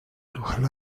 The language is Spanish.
ojalá